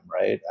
right